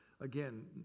again